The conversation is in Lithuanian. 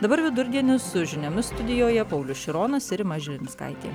dabar vidurdienis su žiniomis studijoje paulius šironas ir rima žilinskaitė